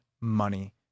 money